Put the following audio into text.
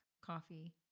coffee